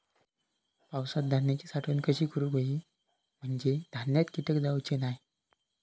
पावसात धान्यांची साठवण कशी करूक होई म्हंजे धान्यात कीटक जाउचे नाय?